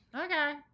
okay